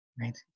right